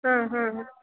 ಹಾಂ ಹಾಂ ಹಾಂ